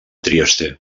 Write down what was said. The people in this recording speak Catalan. trieste